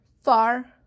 far